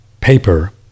paper